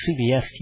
CBS